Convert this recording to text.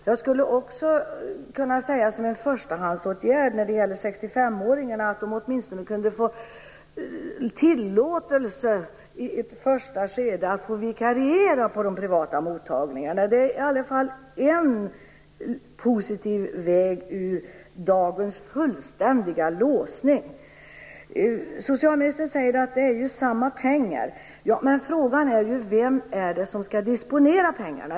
Jag skulle också kunna säga att 65-åringarna åtminstone i ett första skede kunde få tillåtelse att vikariera på de privata mottagningarna. Det är i alla fall en positiv väg ut ur dagens fullständiga låsning. Socialministern säger att det är samma pengar. Men frågan är ju vem som skall disponera pengarna.